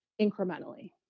incrementally